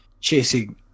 chasing